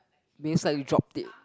means like you drop it